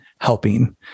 helping